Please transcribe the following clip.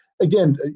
again